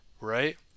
right